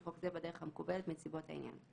חוק זה בדרך המקובלת בנסיבות העניין".